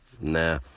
Nah